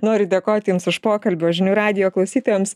noriu dėkoti jums už pokalbį o žinių radijo klausytojams